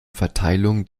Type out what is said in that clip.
verteilung